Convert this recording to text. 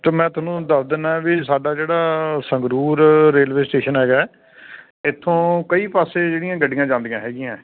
ਅਤੇ ਮੈਂ ਤੁਹਾਨੂੰ ਦੱਸ ਦਿੰਦਾ ਵੀ ਸਾਡਾ ਜਿਹੜਾ ਸੰਗਰੂਰ ਰੇਲਵੇ ਸਟੇਸ਼ਨ ਹੈਗਾ ਇੱਥੋਂ ਕਈ ਪਾਸੇ ਜਿਹੜੀਆਂ ਗੱਡੀਆਂ ਜਾਂਦੀਆਂ ਹੈਗੀਆਂ